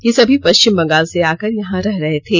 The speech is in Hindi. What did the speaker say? ये सभी पष्विम बंगाल से आकर यहां रह रहे थे